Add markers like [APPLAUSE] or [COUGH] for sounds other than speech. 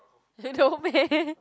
[LAUGHS] no meh